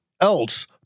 else